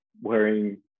wearing